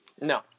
No